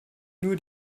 nur